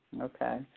Okay